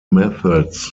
methods